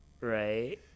right